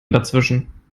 dazwischen